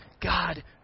God